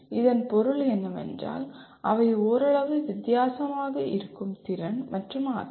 இதன் பொருள் என்னவென்றால் அவை ஓரளவு வித்தியாசமாக இருக்கும் திறன் மற்றும் ஆற்றல்